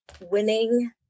winning